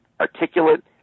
articulate